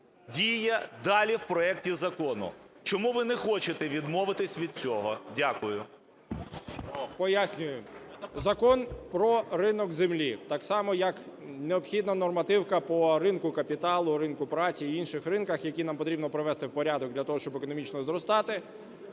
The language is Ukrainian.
діє далі в проекті закону? Чому ви не хочете відмовитись від цього? Дякую. 11:15:01 ГОНЧАРУК О.В. Пояснюю. Закон про ринок землі, так само, як необхідна нормативка по ринку капіталу, ринку праці і інших ринках, які нам потрібно привести в порядок для того, щоб економічно зростати,